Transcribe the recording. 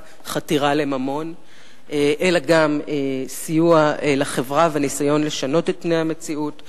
חתירה לממון אלא גם סיוע לחברה וניסיון לשנות את פני המציאות.